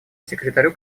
секретарю